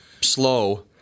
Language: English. slow